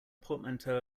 portmanteau